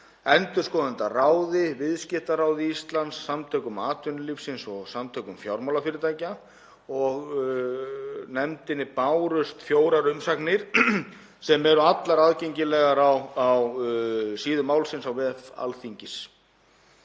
endurskoðendaráði, Viðskiptaráði Íslands, Samtökum atvinnulífsins og Samtökum fjármálafyrirtækja. Nefndinni bárust fjórar umsagnir sem eru allar aðgengilegar á síðu málsins á vef Alþingis.